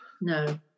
no